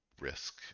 risk